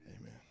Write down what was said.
Amen